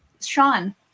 Sean